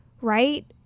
right